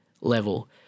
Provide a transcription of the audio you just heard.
level